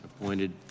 appointed